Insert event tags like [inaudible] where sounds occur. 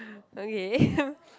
okay [laughs]